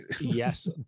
Yes